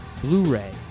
Blu-ray